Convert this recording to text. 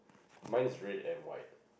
mine is red and white